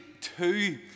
two